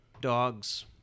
dogs